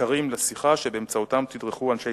עיקרים לשיחה שבאמצעותם תדרכו אנשי